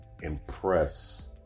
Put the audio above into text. impress